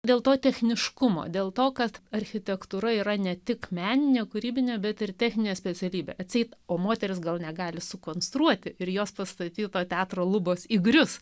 dėl to techniškumo dėl to kad architektūra yra ne tik meninė kūrybinė bet ir techninė specialybė atseit o moterys gal negali sukonstruoti ir jos pastatyto teatro lubos įgrius